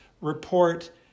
report